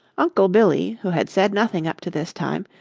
uncle billy, who had said nothing up to this time,